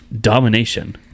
domination